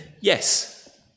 yes